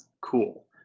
cool